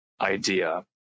idea